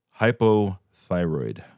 hypothyroid